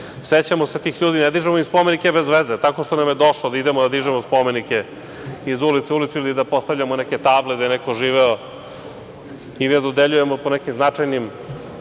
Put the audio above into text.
sećamo se tih ljudi, ne dižemo im spomenike bez veze, takao što nam je došlo da idemo da dižemo spomenike iz ulice u ulicu ili da postavljamo neke table gde je neko živeo, i da dodeljujemo po nekim značajnim